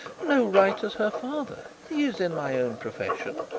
no right as her father. he is in my own profession,